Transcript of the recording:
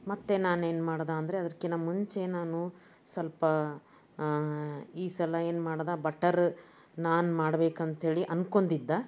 ಮತ್ತು ನಾನು ಏನ್ಮಾಡ್ದೆ ಅಂದರೆ ಅದಕ್ಕಿಂತ ಮುಂಚೆ ನಾನು ಸ್ವಲ್ಪ ಈ ಸಲ ಏನ್ಮಾಡ್ದೆ ಬಟರು ನಾನ್ ಮಾಡ್ಬೇಕಂಥೇಳಿ ಅಂದ್ಕೊಂಡಿದ್ದೆ